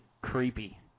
creepy